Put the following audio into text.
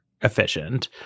efficient